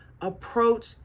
approach